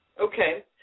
Okay